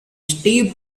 steep